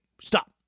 stop